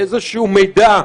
איזשהו מידע,